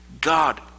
God